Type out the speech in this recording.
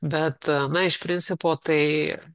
bet na iš principo tai